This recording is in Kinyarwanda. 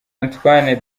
antoine